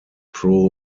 pro